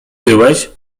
byłeś